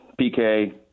PK